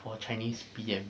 for chinese P_M